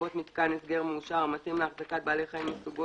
לרבות מיתקן הסגר מאושר המתאים להחזקת בעלי חיים מסוגו